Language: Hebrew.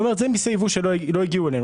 אומרת: זה מיסי ייבוא שלא הגיעו אליהם.